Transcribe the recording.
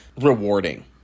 rewarding